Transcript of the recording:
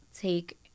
take